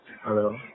Hello